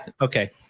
okay